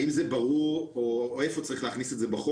האם לא צריך להכניס או האם זה ברור או איפה צריך להכניס את זה בחוק,